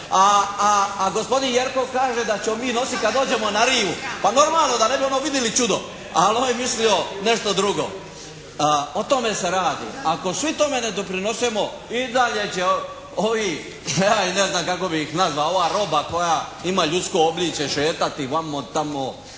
a gospodin Jerkov kaže da ćemo mi nositi kad dođemo na rivu. Pa normalno da ne bi ono vidili čudo. Ali on je mislio nešto drugo. O tome se radi. Ako svi tome ne doprinesemo i dalje će ovi … /Govornik se ne razumije./ … ne znam kako bi ih nazvao, ova roba koja ima ljudsko obličje šetati vamo, tamo,